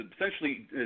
essentially